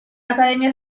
academia